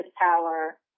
power